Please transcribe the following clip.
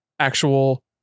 actual